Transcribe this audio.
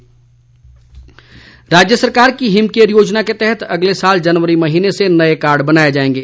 विपिन परमार राज्य सरकार की हिम केयर योजना के तहत अगले साल जनवरी महीने से नए कार्ड बनाए जाएंगे